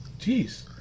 Jeez